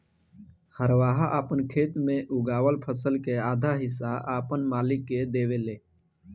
हरवाह आपन खेत मे उगावल फसल के आधा हिस्सा आपन मालिक के देवेले